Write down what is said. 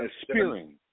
spearing